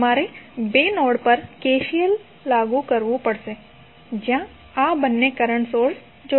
તમારે બે નોડ પર KCL લાગુ કરવું પડશે જ્યાં આ બંને કરંટ સોર્સ જોડાયેલા છે